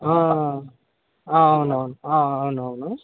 ఆ అవునవును ఆ అవునవును